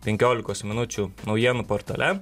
penkiolikos minučių naujienų portale